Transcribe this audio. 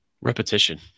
repetition